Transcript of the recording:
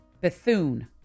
Bethune